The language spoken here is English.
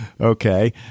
okay